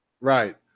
right